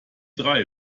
drei